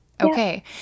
Okay